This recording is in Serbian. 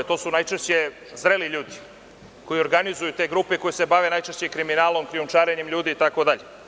To su najčešće zreli ljudi koji organizuju te grupe koje se najčešće bave kriminalom, krijumčarenjem ljudi itd.